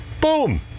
Boom